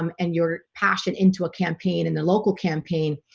um and your passion into a campaign and the local campaign?